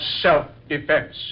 self-defense